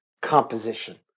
composition